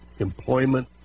employment